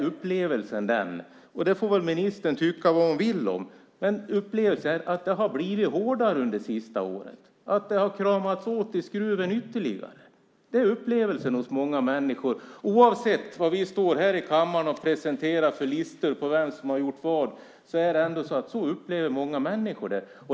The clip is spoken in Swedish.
Upplevelsen är att det har blivit hårdare under de senaste åren. Det får ministern tycka vad hon vill om. Skruven har dragits åt ytterligare. Det är upplevelsen hos många människor, oavsett vad vi står här i kammaren och presenterar för listor på vem som har gjort vad.